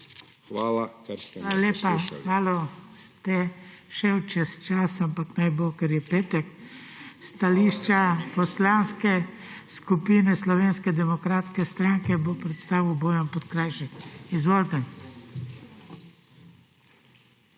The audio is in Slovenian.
Hvala lepa. Malo ste šli čez čas, ampak naj bo, ker je petek. Stališče Poslanske skupine Slovenske demokratske stranke bo predstavil Bojan Podkrajšek. Izvolite.